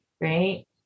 Right